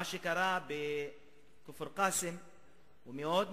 מה שקרה בכפר-קאסם הוא מאוד מסוכן.